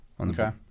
Okay